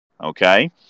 Okay